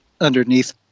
underneath